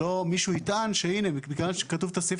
שלא מישהו יטען שמכיוון שכתוב את הסעיף